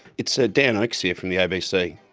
it's ah dan oakes here from the abc.